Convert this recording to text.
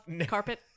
carpet